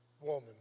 woman